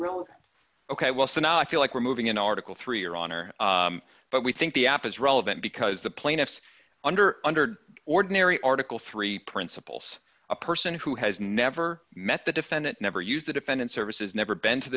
that ok well so now i feel like we're moving in article three your honor but we think the app is relevant because the plaintiffs under under ordinary article three principles a person who has never met the defendant never used the defendant services never been to